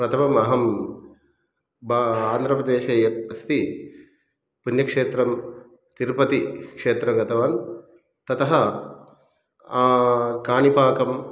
प्रथमम् अहं बा आन्ध्रप्रदेशे यत् अस्ति पुण्यक्षेत्रं तिरुपतिक्षेत्रं गतवान् ततः काणिपाकं